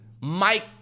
Mike